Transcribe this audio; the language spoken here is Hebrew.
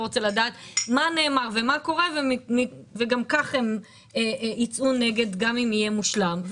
רוצה לדעת מה נאמר ומה קורה וגם כך הם יצאו נגד גם אם יהיה מושלם.